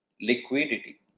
liquidity